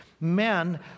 men